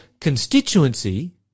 constituency